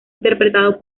interpretado